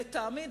לטעמי.